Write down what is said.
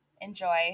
Enjoy